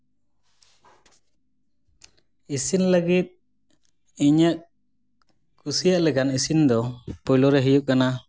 ᱤᱥᱤᱱ ᱞᱟᱹᱜᱤᱫ ᱤᱧᱟᱹᱜ ᱠᱩᱥᱤᱭᱟ ᱞᱮᱠᱟᱱ ᱤᱥᱤᱱ ᱫᱚ ᱯᱳᱭᱞᱳ ᱨᱮ ᱦᱩᱭᱩᱜ ᱠᱟᱱᱟ